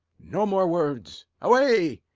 no more words. away,